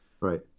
Right